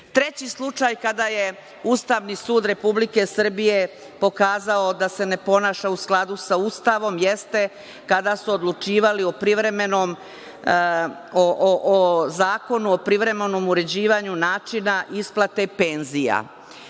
slučaj kada je Ustavni sud Republike Srbije pokazao da se ne ponaša u skladu sa Ustavom, jeste kada su odlučivali o Zakonu o privremenom uređivanju načina isplate penzija.